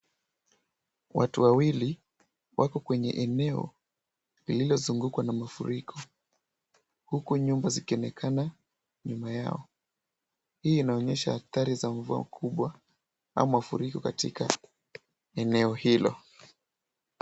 Watu wawili wako kwenye eneo lililozungukwa na mafuriko, huku nyumba zikionekana nyuma yao. Hii inaonyesha athari za mvua kubwa au mafuriko katika eneo hilo.